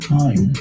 time